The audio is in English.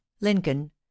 lincoln